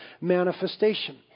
manifestation